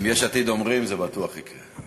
אם יש עתיד אומרים, זה בטוח יקרה.